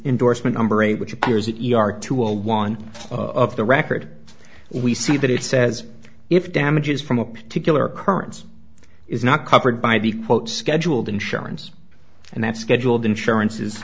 indorsement number eight which appears that you are to a one of the record we see that it says if damages from a particular occurrence is not covered by the quote scheduled insurance and that scheduled insurance